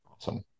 Awesome